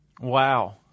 Wow